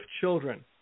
children